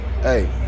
hey